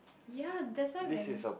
ya that's why when